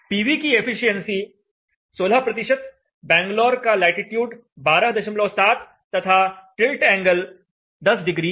PV की efficiency 16 Bengaluru का latitude 127 तथा टिल्ट एंगल 10 डिग्री